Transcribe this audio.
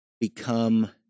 become